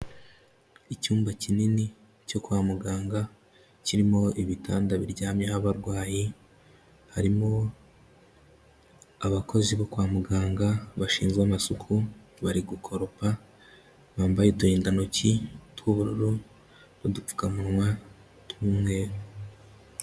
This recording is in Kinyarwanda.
Icyumba kinini cyo kwa muganga, kirimo ibitanda biryamyeho abarwayi, harimo abakozi bo kwa muganga bashinzwe amasuku bari gukoropa, bambaye udurindantoki tw'ubururu n'udupfukamunwa tw'umweru.